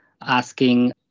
asking